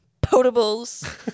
potables